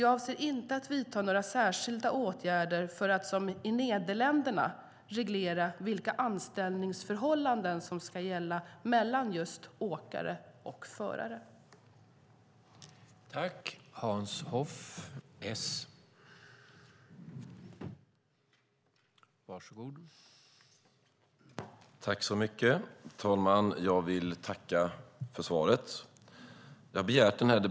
Jag avser inte att vidta några särskilda åtgärder för att som i Nederländerna reglera vilka anställningsförhållanden som ska gälla mellan just åkare och förare. Då Monica Green, som framställt en av interpellationerna, anmält att hon var förhindrad att närvara vid sammanträdet medgav tredje vice talmannen att Eva-Lena Jansson i stället fick delta i överläggningen.